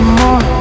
more